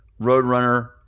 Roadrunner